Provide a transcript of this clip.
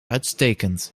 uitstekend